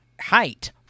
Height